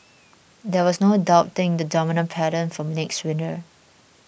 there was no doubting the dominant pattern for next winter